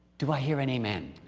do i hear an amen?